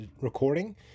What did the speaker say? recording